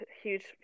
huge